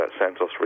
Santos